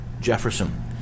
Jefferson